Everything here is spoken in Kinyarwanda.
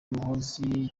muhoozi